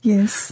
Yes